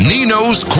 Nino's